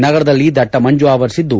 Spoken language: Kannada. ನಗರದಲ್ಲಿ ದಟ್ಟಮಂಜು ಆವರಿಸಿದ್ದು